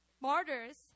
martyrs